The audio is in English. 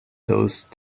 those